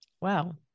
Wow